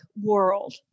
world